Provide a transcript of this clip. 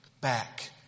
back